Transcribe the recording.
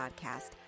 Podcast